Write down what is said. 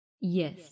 Yes